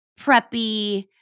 preppy